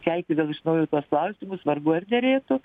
kelti vėl iš naujo tuos klausimus vargu ar derėtų